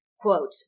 Quote